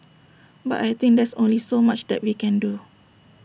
but I think there's only so much that we can do